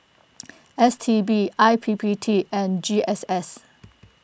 S T B I P P T and G S S